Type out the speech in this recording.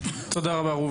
תודה רבה ראובן.